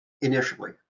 initially